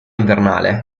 invernale